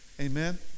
Amen